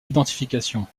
identification